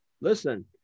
Listen